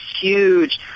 huge